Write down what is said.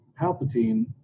Palpatine